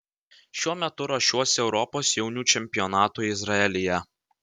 šiuo metu ruošiuosi europos jaunių čempionatui izraelyje